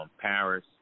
Paris